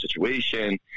situation